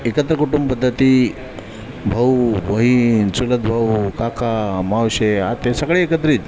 एकत्र कुटुंबपद्धती भाऊ बहीण चुलत भाऊ काका मावशी आत्या सगळे एकत्र येत